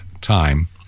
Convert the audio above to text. time